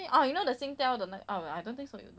ah you know the singtel got the ah I don't think so